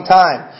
time